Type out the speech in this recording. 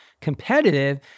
competitive